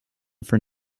for